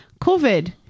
covid